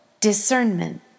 discernment